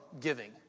giving